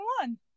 one